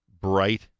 bright